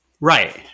right